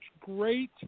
great